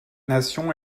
nation